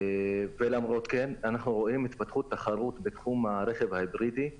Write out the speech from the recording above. ולמרות זאת אנחנו רואים התפתחות תחרות בתחום הרכב ההיברידי.